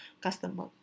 customer